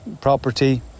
property